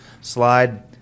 slide